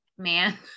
man